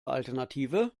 alternative